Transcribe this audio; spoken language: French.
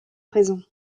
présent